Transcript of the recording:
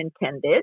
intended